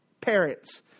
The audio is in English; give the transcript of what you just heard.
parents